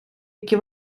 які